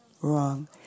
Wrong